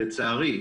לצערי,